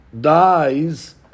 dies